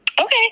Okay